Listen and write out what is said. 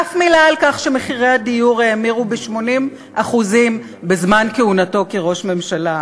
אף מילה על כך שמחירי הדיור האמירו ב-80% בזמן כהונתו כראש הממשלה.